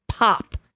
Pop